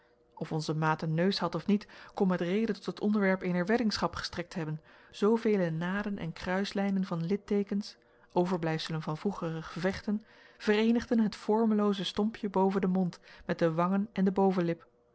of onze maat een neus had of niet kon met reden tot het onderwerp eener weddingschap gestrekt hebben zoovele naden en kruislijnen van lidteekens overblijfselen van vroegere gevechten vereenigden het vormelooze stompje boven den mond met de wangen en de bovenlip